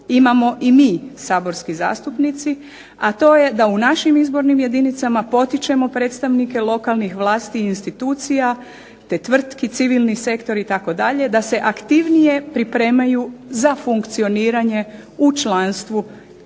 imamo i mi saborski zastupnici, a to je da u našim izbornim jedinicama potičemo predstavnike lokalnih vlasti i institucija te tvrtki, civilni sektor itd. da se aktivnije pripremaju za funkcioniranje u članstvu kada